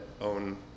own